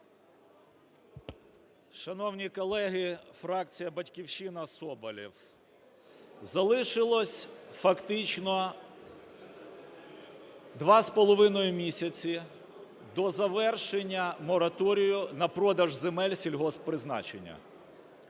Шановні колеги, фракція "Батьківщина", Соболєв. Залишилось фактично два з половиною місяці до завершення мораторію на продаж земель сільгосппризначення.